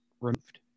removed